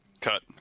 Cut